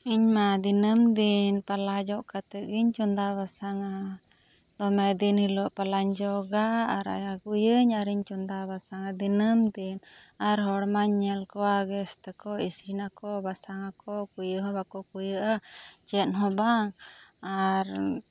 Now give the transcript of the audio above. ᱤᱧ ᱢᱟ ᱫᱤᱱᱟᱹᱢ ᱫᱤᱱ ᱯᱟᱞᱦᱟ ᱡᱚᱜ ᱠᱟᱛᱮ ᱤᱧ ᱪᱚᱝᱫᱟ ᱵᱟᱥᱟᱝᱼᱟ ᱫᱚᱢᱮ ᱫᱤᱱ ᱦᱤᱞᱚᱜ ᱯᱟᱞᱦᱟ ᱤᱧ ᱡᱚᱜᱟ ᱟᱨ ᱟᱜᱩᱭᱟᱧ ᱟᱨ ᱤᱧ ᱪᱚᱝᱫᱟ ᱵᱟᱥᱟᱝᱼᱟ ᱫᱤᱱᱟᱹᱢ ᱫᱤᱱ ᱟᱨ ᱦᱚᱲ ᱢᱟᱧ ᱧᱮᱞ ᱠᱚᱣᱟ ᱜᱮᱥ ᱛᱮᱠᱚ ᱤᱥᱤᱱᱟᱠᱚ ᱵᱟᱥᱟᱝ ᱟᱠᱚ ᱠᱩᱭᱟ ᱦᱚ ᱵᱟᱠᱚ ᱠᱩᱭᱟᱹᱜᱼᱟ ᱪᱮᱫ ᱦᱚᱸ ᱵᱟᱝ ᱟᱨ